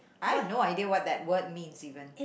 I have no idea what that word means even